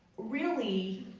really